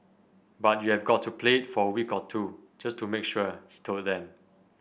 but you've got to play it for a week or two just to make sure he told them